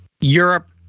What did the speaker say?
Europe